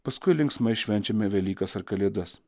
paskui linksmai švenčiame velykas ar kalėdas